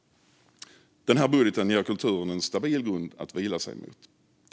Denna budget ger kulturen en stabil grund att vila sig mot.